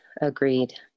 agreed